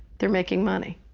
they're making money.